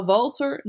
Walter